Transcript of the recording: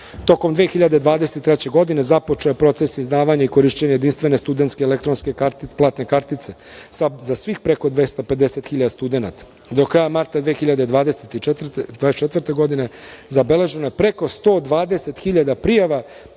rast. Tokom 2023. godine započeo je proces izdavanja i korišćenja jedinstvene studentske platne kartice za svih preko 250.000 studenata. Do kraja marta 2024. godine zabeleženo je preko 120.000 prijava